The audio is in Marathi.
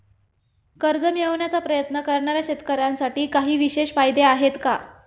कर्ज मिळवण्याचा प्रयत्न करणाऱ्या शेतकऱ्यांसाठी काही विशेष फायदे आहेत का?